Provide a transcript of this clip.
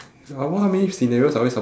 uh what how many scenarios are we sup~